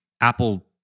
Apple